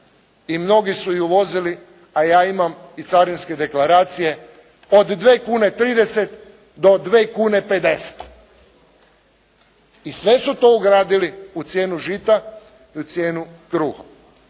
i mnogi su je uvozili, a ja imam i carinske deklaracije od 2,30 kune do 2,5 kune. I sve su to ugradili u cijenu žita i cijenu kruha.